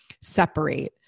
separate